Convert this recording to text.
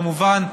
כמובן,